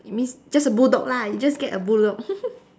it means just a bulldog lah you just get a bulldog